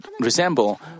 resemble